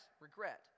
regret